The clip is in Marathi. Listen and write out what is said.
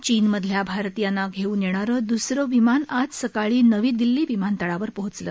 चीनमधल्या भारतीयांना घेऊन येणारं दुसरं विमान आज सकाळी नवी दिल्ली विमानतळावर पोचलं